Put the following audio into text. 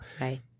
Right